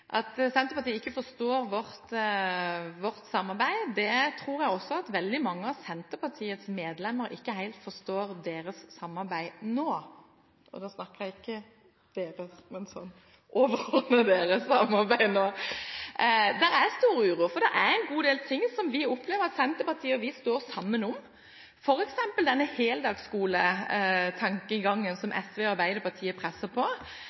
Senterpartiet forstår ikke vårt samarbeid – jeg tror også at veldig mange av Senterpartiets medlemmer ikke helt forstår deres samarbeid nå. Det er stor uro. Det er en god del ting vi opplever at Senterpartiet og vi står sammen om, f.eks. denne heldagsskoletankegangen som SV og Arbeiderpartiet presser på,